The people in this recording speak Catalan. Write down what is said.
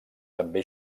també